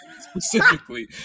specifically